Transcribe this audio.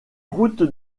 route